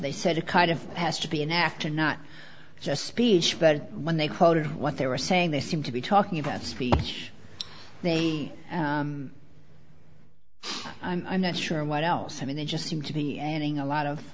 they said a kind of has to be an actor not just speech but when they quoted what they were saying they seem to be talking about speech they i'm not sure what else i mean they just seem to be ending a lot of